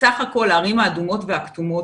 שסך הכול הערים והכתומות והאדומות,